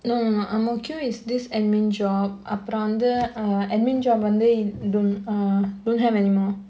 no no no ang mo kio is this admin job அப்பறம் வந்து:apparam vandhu uh admin job வந்து:vandhu don't err don't have anymore